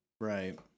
Right